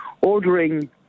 ordering